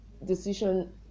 Decision